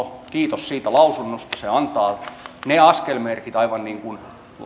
kiitos siitä lausunnosta se antaa ne askelmerkit aivan niin kuin